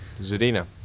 Zadina